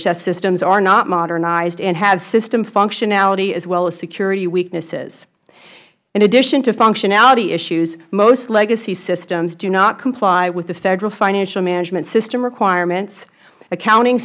dhs systems are not modernized and have system functionality as well as security weaknesses in addition to functionality issues most legacy systems do not comply with the federal financial management system requirements accounting